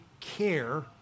care